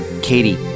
Katie